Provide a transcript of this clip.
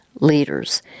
leaders